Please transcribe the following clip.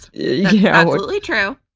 yeah absolutely true,